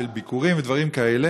של ביקורים ודברים כאלה,